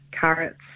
carrots